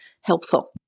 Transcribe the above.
helpful